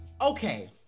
okay